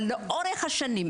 שלאורך השנים,